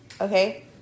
okay